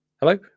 Hello